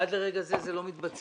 עד לרגע זה זה לא מתבצע.